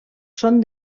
són